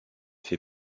fait